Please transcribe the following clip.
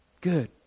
Good